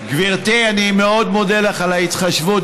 גברתי, אני מאוד מודה לך על ההתחשבות.